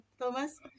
Thomas